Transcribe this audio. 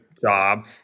job